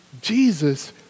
Jesus